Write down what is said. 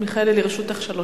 להצעות לסדר-היום בנושא: